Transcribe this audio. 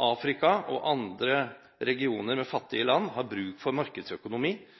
Afrika og andre regioner med fattige land har bruk for markedsøkonomi